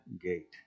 gate